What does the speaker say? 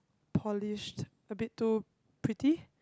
polish a bit too pretty